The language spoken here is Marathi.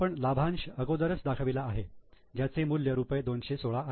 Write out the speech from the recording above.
आपण लाभांश अगोदरच दाखविला आहे ज्याचे मुल्य रुपये 216 आहे